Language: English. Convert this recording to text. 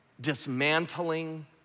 Dismantling